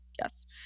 Yes